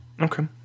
Okay